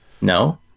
No